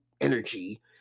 energy